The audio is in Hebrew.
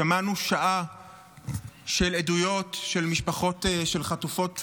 שמענו שעה של עדויות של משפחות חטופות וחטופים,